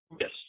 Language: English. Yes